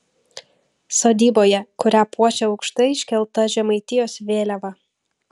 sodyboje kurią puošia aukštai iškelta žemaitijos vėliava